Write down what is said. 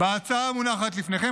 בהצעה המונחת לפניכם,